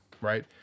Right